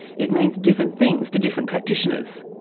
it means different things to different practitioners.